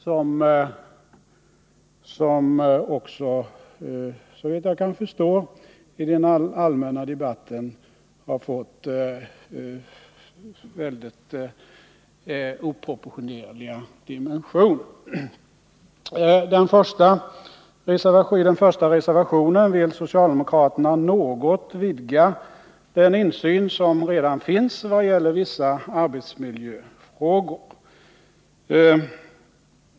Dessa har såvitt jag kan förstå fått oproportionerliga dimensioner i den allmänna debatten. I den första reservationen vill socialdemokraterna något vidga den insyn som redan finns när det gäller vissa arbetsmiljöfrågor.